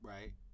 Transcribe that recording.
Right